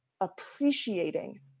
appreciating